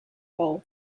bowl